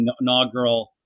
inaugural